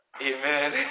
Amen